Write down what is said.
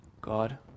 God